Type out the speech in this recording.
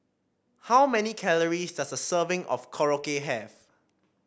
how many calories does a serving of Korokke have